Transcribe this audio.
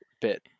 bit